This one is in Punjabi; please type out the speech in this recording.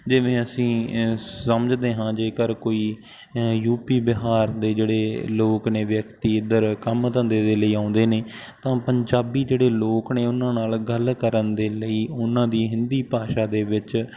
ਜਿਵੇ ਅਸੀਂ ਸਮਝਦੇ ਹਾਂ ਜੇਕਰ ਕੋਈ ਯੂ ਪੀ ਬਿਹਾਰ ਦੇ ਜਿਹੜੇ ਲੋਕ ਨੇ ਵਿਅਕਤੀ ਇੱਧਰ ਕੰਮ ਧੰਦੇ ਦੇ ਲਈ ਆਉਂਦੇ ਨੇ ਤਾਂ ਉਹ ਪੰਜਾਬੀ ਜਿਹੜੇ ਲੋਕ ਨੇ ਉਹਨਾਂ ਨਾਲ ਗੱਲ ਕਰਨ ਦੇ ਲਈ ਉਹਨਾਂ ਦੀ ਹਿੰਦੀ ਭਾਸ਼ਾ ਦੇ ਵਿੱਚ